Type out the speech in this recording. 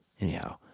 Anyhow